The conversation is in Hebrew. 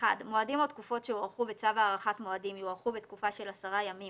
(1)מועדים או תקופות שהוארכו בצו הארכת מועדים יוארכו בתקופה של 10 ימים